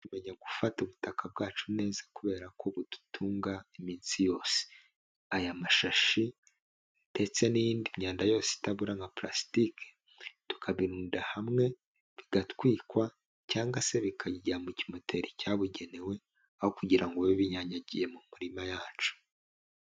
Menya gufata ubutaka bwacu neza kubera ko budutunga iminsi yose, aya mashashi ndetse n'iyindi myanda yose itabora nka pulasitike tukabirunda hamwe bigatwikwa cyangwa se bikajya mu kimoteri cyabugenewe, aho kugira ngo bibe binyanyagiye mu murima yacu.